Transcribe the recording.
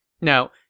Now